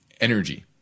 energy